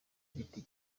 giti